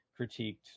critiqued